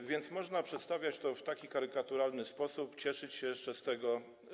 A więc można przedstawiać to w taki karykaturalny sposób, cieszyć się jeszcze z tego.